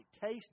taste